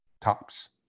tops